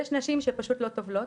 יש נשים שפשוט לא טובלות,